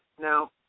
Now